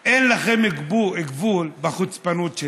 אין לכם גבול בחוצפנות שלכם.